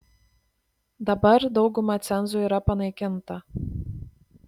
dabar dauguma cenzų yra panaikinta